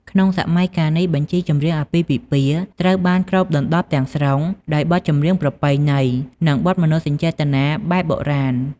ក្នុងសម័យកាលនេះ បញ្ជីចម្រៀងអាពាហ៍ពិពាហ៍ត្រូវបានគ្របដណ្ដប់ទាំងស្រុងដោយបទចម្រៀងប្រពៃណី និងបទមនោសញ្ចេតនាបែបបុរាណ។